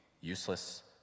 useless